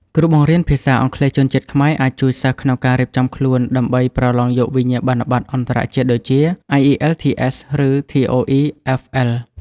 គ្រូបង្រៀនភាសាអង់គ្លេសជនជាតិខ្មែរអាចជួយសិស្សក្នុងការរៀបចំខ្លួនដើម្បីប្រឡងយកវិញ្ញាបនបត្រអន្តរជាតិដូចជា IELTS ឬ TOEFL។